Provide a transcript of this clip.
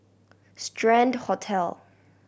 Strand Hotel